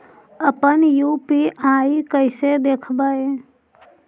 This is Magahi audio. अपन यु.पी.आई कैसे देखबै?